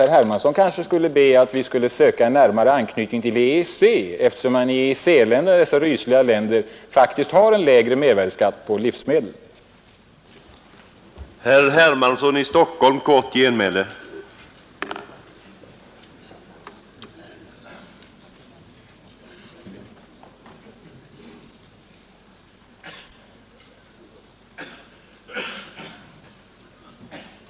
Herr Hermansson kanske skulle be att vi söker en närmare anknytning till EEC, eftersom man i EEC-länderna — dessa rysliga länder — faktiskt har en lägre mervärdeskatt på livsmedel än på andra varor.